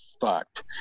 fucked